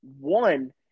one